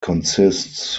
consists